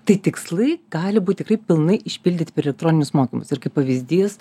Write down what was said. tai tikslai gali būt tikrai pilnai išpildyti per elektroninius mokymus ir kaip pavyzdys